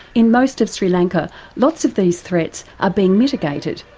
in most of sri lanka lots of these threats are being mitigated.